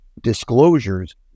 disclosures